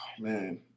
Man